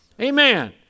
Amen